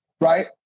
right